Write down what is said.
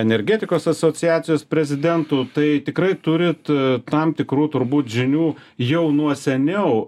energetikos asociacijos prezidentu tai tikrai turit tam tikrų turbūt žinių jau nuo seniau